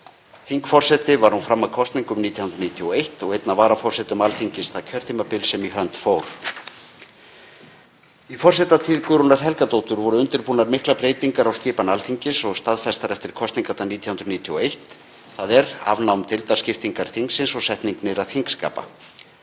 Þingforseti var hún fram að kosningum 1991 og einn af varaforsetum Alþingis það kjörtímabil sem í hönd fór. Í forsetatíð Guðrúnar Helgadóttur voru undirbúnar miklar breytingar á skipan Alþingis og staðfestar eftir kosningar 1991, þ.e. afnám deildaskiptingar þingsins og setning nýrra þingskapa.